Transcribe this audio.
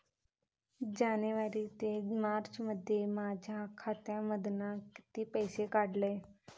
जानेवारी ते मार्चमध्ये माझ्या खात्यामधना किती पैसे काढलय?